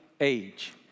age